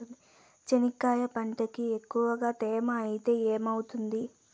చెనక్కాయ పంటకి ఎక్కువగా తేమ ఐతే ఏమవుతుంది?